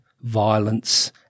violence